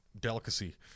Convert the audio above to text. delicacy